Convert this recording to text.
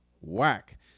Whack